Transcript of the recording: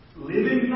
Living